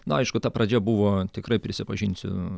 na aišku ta pradžia buvo tikrai prisipažinsiu